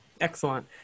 Excellent